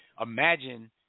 imagine